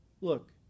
Look